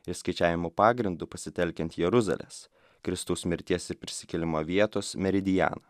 ir skaičiavimų pagrindu pasitelkiant jeruzalės kristaus mirties ir prisikėlimo vietos meridianą